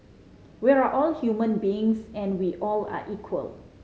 we're all human beings and we all are equal